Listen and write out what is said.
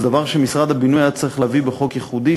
דבר שמשרד הבינוי היה צריך להביא בחוק ייחודי,